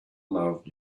loved